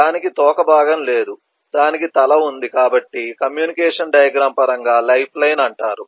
దానికి తోక భాగం లేదు దానికి తల ఉంది కాబట్టి కమ్యూనికేషన్ డయాగ్రమ్ పరంగా లైఫ్లైన్ అంటారు